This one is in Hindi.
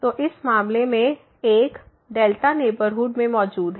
तो इस मामले में एक नेबरहुड में मौजूद है